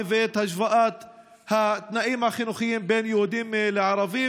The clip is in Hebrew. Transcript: ואת השוואת התנאים החינוכיים בין יהודים לערבים.